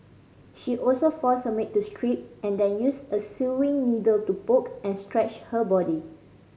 she also forced her maid to strip and then used a sewing needle to poke and scratch her body